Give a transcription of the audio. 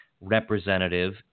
representative